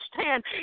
stand